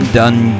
done